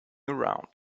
around